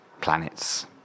planets